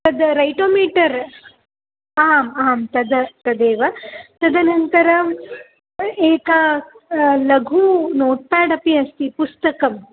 तद् रैटोमीटर् आम् आं तद् तदेव तदनन्तरम् एका लघु नोट् पेड् अपि अस्ति पुस्तकम्